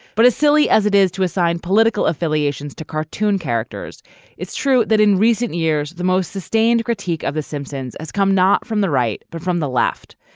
but as silly as it is to assign political affiliations to cartoon characters it's true that in recent years the most sustained critique of the simpsons has come not from the right but from the left.